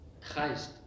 Christ